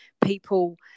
People